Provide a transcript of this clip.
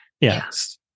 yes